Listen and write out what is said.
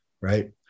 Right